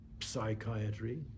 psychiatry